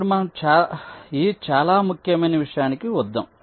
ఇప్పుడు మనం ఈ చాలా ముఖ్యమైన విషయానికి వద్దాం